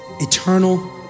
eternal